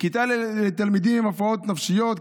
כיתה לתלמידים עם הפרעות נפשיות,